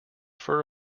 fur